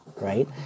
right